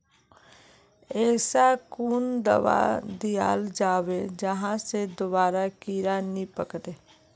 ऐसा कुन दाबा दियाल जाबे जहा से दोबारा कीड़ा नी पकड़े?